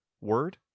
word